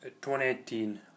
2018